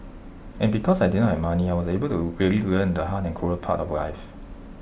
and because I did not have money I was able to really learn the hard and cruel part of life